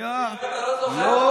כנראה אתה לא זוכר טוב.